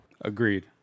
agreed